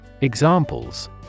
Examples